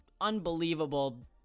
unbelievable